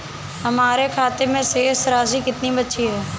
हमारे खाते में शेष राशि कितनी बची है?